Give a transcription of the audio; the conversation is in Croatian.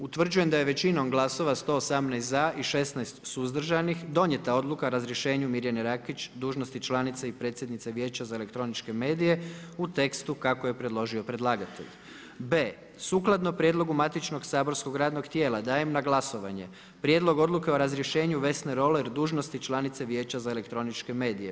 Utvrđujem da je većinom glasova 118 za i 16 suzdržanih donijeta Odluka o razrješenju Mirjane Rakić dužnosti članice i predsjednice Vijeća za elektroničke medije u tekstu kako je predložio predlagatelj. b) Sukladno prijedlogu matičnog saborskog radnog tijela dajem na glasovanje Prijedlog odluke o razrješenju Vesne Roller dužnosti članice Vijeća za elektroničke medije.